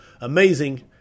Amazing